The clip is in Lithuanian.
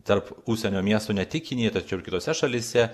tarp užsienio miestų ne tik kinijai tačiau ir kitose šalyse